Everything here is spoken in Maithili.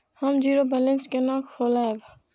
हम जीरो बैलेंस केना खोलैब?